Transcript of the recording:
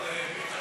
המחנה